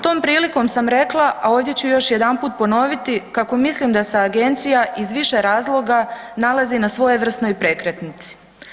Tom prilikom sam rekla, a ovdje ću još jedanput ponoviti kako mislim da se agencija iz više razloga nalazi na svojevrsnoj prekretnici.